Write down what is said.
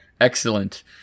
excellent